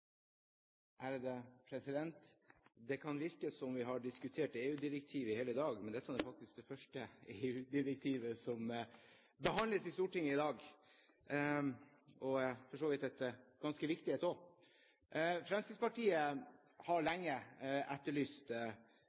komiteen enstemmig. Det kan virke som om vi har diskutert EU-direktiv i hele dag, men dette er faktisk det første EU-direktivet som behandles i Stortinget i dag – og for så vidt også et ganske viktig et. Fremskrittspartiet har lenge etterlyst